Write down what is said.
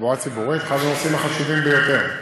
תחבורה ציבורית, אחד הנושאים החשובים ביותר.